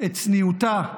את צניעותה,